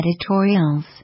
editorials